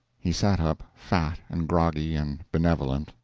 he sat up, fat and froggy and benevolent,